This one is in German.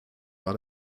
war